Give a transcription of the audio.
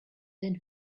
then